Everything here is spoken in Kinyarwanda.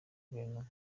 guverinoma